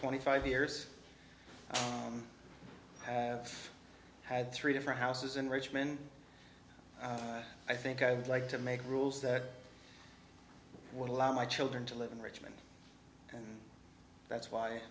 twenty five years i've had three different houses in richmond i think i would like to make rules that would allow my children to live in richmond that's why